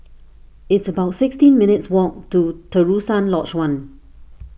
it's about sixteen minutes' walk to Terusan Lodge one